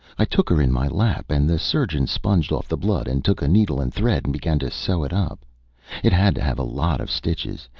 i took her in my lap, and the surgeon sponged off the blood and took a needle and thread and began to sew it up it had to have a lot of stitches,